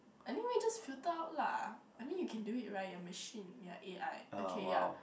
anyway just filter out lah I mean you can do it right you're a machine yeah a_i okay yeah